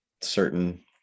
certain